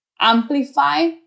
Amplify